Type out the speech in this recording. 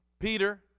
Peter